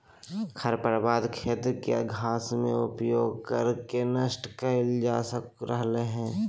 खरपतवार खेत के घास में उपयोग कर के नष्ट करल जा रहल हई